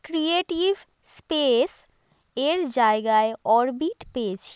creative space এর জায়গায় orbit পেয়েছি